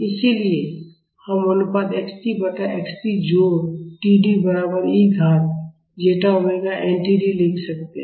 इसलिए हम अनुपात x t बटा x t जोड़ T D बराबर e घात zeta omega n T D लिख सकते हैं